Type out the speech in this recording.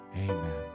Amen